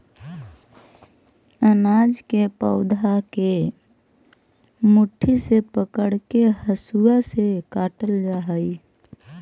अनाज के पौधा के मुट्ठी से पकड़के हसुआ से काटल जा हई